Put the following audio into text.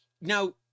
now